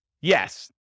Yes